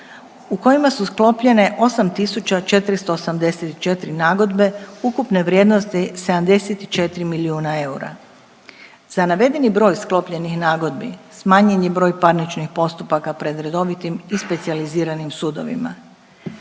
u kojima su sklopljene 8.484 nagodbe ukupne vrijednosti 74 milijuna eura. Za navedeni broj sklopljenih nagodbi smanjen je broj parničnih postupaka pred redovitim i specijaliziranim sudovima.